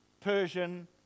Persian